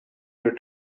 your